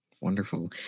Wonderful